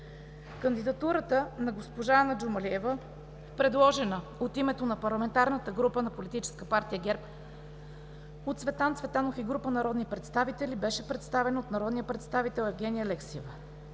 Кандидатурата на госпожа Ана Джумалиева, предложена от името на ПГ на ПП ГЕРБ от Цветан Цветанов и група народни представители, беше представена от народния представител Евгения Алексиева.